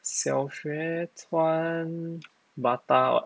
小学穿 Bata [what]